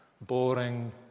boring